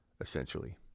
essentially